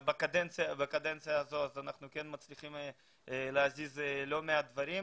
בקדנציה הזאת ואנחנו כן מצליחים להזיז לא מעט דברים.